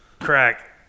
crack